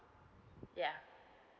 yeah